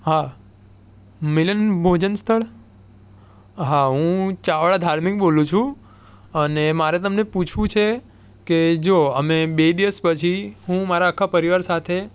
હા મિલન ભોજન સ્થળ હા હું ચાવડા ધાર્મિક બોલું છું અને મારે તમને પૂછવું છે કે જો અમે બે દિવસ પછી હું મારા આખા પરિવાર સાથે